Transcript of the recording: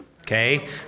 Okay